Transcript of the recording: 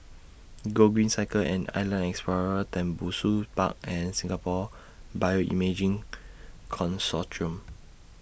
Gogreen Cycle and Island Explorer Tembusu Park and Singapore Bioimaging Consortium